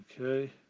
okay